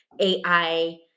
AI